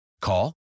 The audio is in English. Call